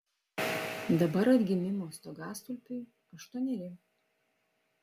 dabar atgimimo stogastulpiui aštuoneri